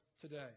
today